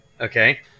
Okay